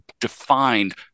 defined